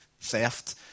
Theft